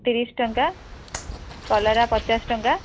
ତିରିଶ ଟଙ୍କା କଲରା ପଚାଶ ଟଙ୍କା